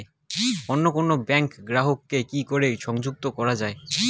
অন্য কোনো ব্যাংক গ্রাহক কে কি করে সংযুক্ত করা য়ায়?